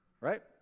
right